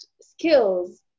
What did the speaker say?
skills